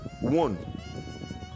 one